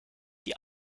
die